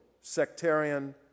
sectarian